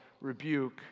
rebuke